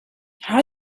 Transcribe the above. how